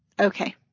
okay